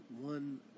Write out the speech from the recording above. one